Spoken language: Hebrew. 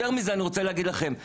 יותר מזה, אני רוצה להגיד לכם.